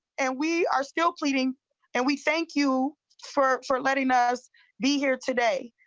and we are still pleading and we thank you for for letting us be here today.